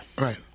Right